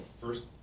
First